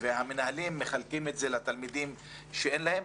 והמנהלים מחלקים לתלמידים שאין להם.